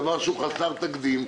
דבר שהוא חסר תקדים.